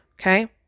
Okay